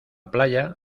playa